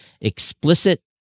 explicit